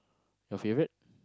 your favourite